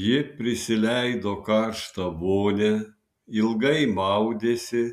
ji prisileido karštą vonią ilgai maudėsi